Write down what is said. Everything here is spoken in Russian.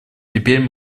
теперь